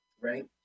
right